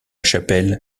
chapelle